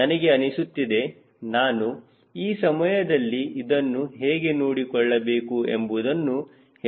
ನನಗೆ ಅನಿಸುತ್ತಿದೆ ನಾನು ಈ ಸಮಯದಲ್ಲಿ ಇದನ್ನು ಹೇಗೆ ನೋಡಿಕೊಳ್ಳಬೇಕು ಎಂಬುದನ್ನು ಹೇಳಬಹುದು